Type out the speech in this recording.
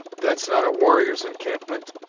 that's not a warrior's encampment,